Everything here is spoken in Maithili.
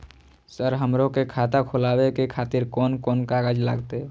सर हमरो के खाता खोलावे के खातिर कोन कोन कागज लागते?